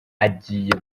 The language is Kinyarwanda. agiye